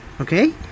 Okay